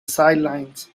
sidelines